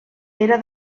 era